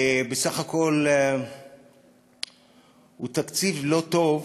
בסך הכול הוא תקציב לא טוב